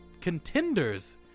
contenders